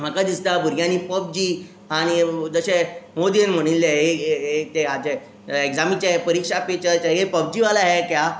म्हाका दिसता भुरग्यांनी पबजी आनी जशें मोदीन म्हणिल्लें ए एक तें हाजें एग्जामीचें परिक्षा पे चर्चा ये पबजी वाला है क्या